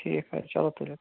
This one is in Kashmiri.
ٹھیٖک حظ چَلو تُلِو